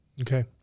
Okay